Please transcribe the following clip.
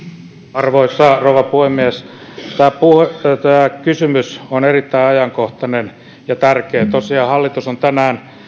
arvoisa rouva puhemies tämä kysymys on erittäin ajankohtainen ja tärkeä tosiaan hallitus on tänään